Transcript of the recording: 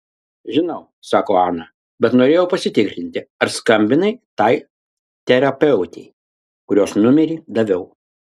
žinau sako ana bet norėjau pasitikrinti ar skambinai tai terapeutei kurios numerį daviau